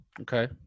Okay